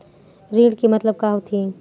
ऋण के मतलब का होथे?